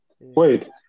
wait